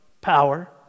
power